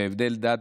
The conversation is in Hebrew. ובלי הבדל דת,